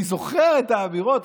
אני זוכר את האמירות,